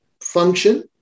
function